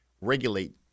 regulate